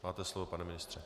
Máte slovo, pane ministře.